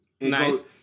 nice